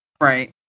Right